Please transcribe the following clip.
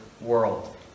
world